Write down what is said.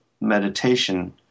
meditation